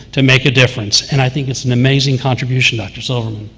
to make a difference. and i think it's an amazing contribution, dr. silverman.